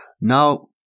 now